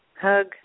Hug